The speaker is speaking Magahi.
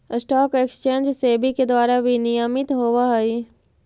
स्टॉक एक्सचेंज सेबी के द्वारा विनियमित होवऽ हइ